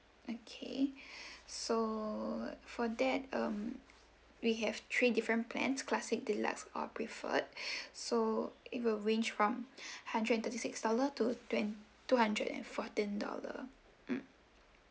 okay so for that um we have three different plans classic deluxe or preferred so it will range from hundred and thirty six dollar to two hundred and fourteen dollar mm